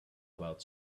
about